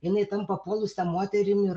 jinai tampa puolusia moterim ir